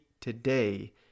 today